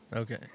Okay